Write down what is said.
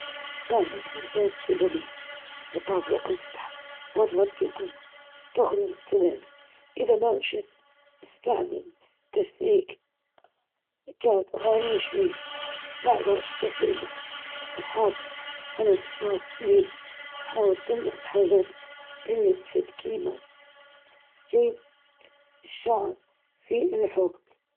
استخدم السلك البلاستيكي الملتوي أو المكبس للتخلص من الانسداد، وإذا كان الحوض مسدودًا بشدة، قد تحتاج لاستخدام المنظف الكيميائي الخاص بالانسدادات أو استدعاء متخصص.